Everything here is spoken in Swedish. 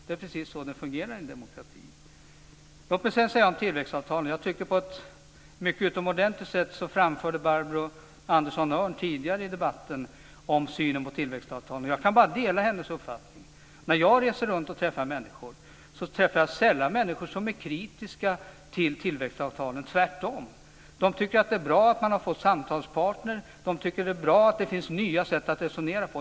Det är precis så det fungerar i en demokrati. Låt mig sedan säga att jag tyckte att Barbro Andersson Öhrn på ett utomordentligt sätt tidigare i debatten framförde vår syn på tillväxtavtalen. Jag delar hennes uppfattning. När jag reser runt och träffar människor träffar jag sällan människor som är kritiska till tillväxtavtalen - tvärtom. De tycker att det är bra att de har fått samtalspartner. De tycker att det är bra att det finns nya sätt att resonera på.